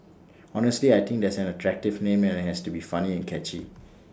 honestly I think it's an attractive name and IT has to be funny and catchy